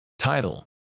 Title